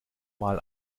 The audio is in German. mal